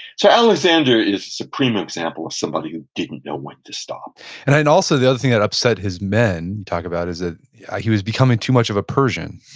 so alexander is a supreme example of somebody who didn't know when to stop and then also, the other thing that upset his men, talk about, is that ah he was becoming too much of a persian.